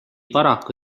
paraku